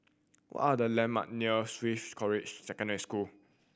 what are the landmark near Swiss College Secondary School